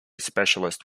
specialist